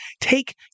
take